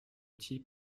outil